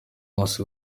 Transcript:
nkusi